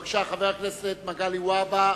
בבקשה, חבר הכנסת מגלי והבה,